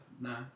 no